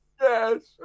Yes